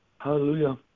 Hallelujah